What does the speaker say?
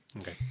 Okay